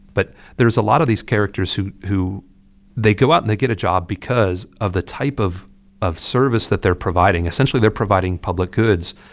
but there is a lot of these characters who who they go out and they get a job because of the type of of service that they're providing essentially, they're providing public goods.